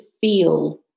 feel